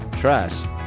trust